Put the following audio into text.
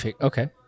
Okay